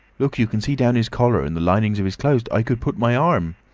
look! you can see down his collar and the linings of his clothes. i could put my arm